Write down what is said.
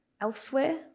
elsewhere